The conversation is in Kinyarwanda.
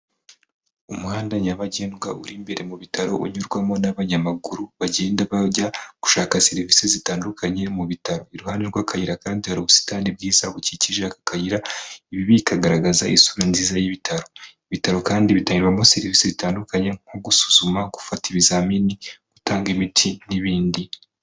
Umuhanda nyabagendwa uri imbere mu bitaro unyurwamo n'abanyamaguru, bagenda bajya gushaka serivisi zitandukanye mu bitaro, iruhande rw'akayira kandi hari ubusitani bwiza bukikije aka kayira, ibi bikagaragaza isura nziza y'ibitaro, ibitaro kandi bitangirwamo serivisi zitandukanye nko gusuzuma, gufata ibizamini, gutanga imiti n'ibindi.